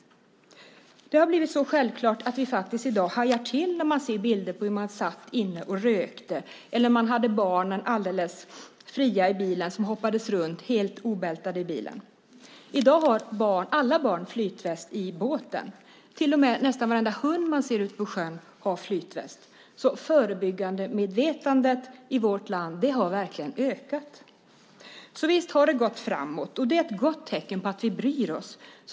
Det har blivit så självklart att vi i dag hajar till när vi ser bilder på hur man satt inne och rökte eller när barnen hoppade runt helt obältade i bilen. I dag har alla barn flytväst i båten. Till och med nästan varenda hund man ser ute på sjön har flytväst. Förebyggandemedvetandet i vårt land har verkligen ökat. Visst har det gått framåt, och det är ett gott tecken på att vi bryr oss.